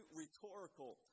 rhetorical